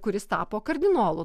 kuris tapo kardinolu